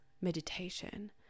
meditation